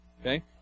Okay